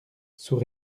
sous